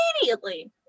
immediately